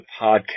podcast